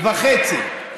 וחצי.